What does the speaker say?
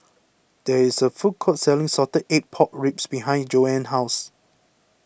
there is a food court selling Salted Egg Pork Ribs behind Joanne's house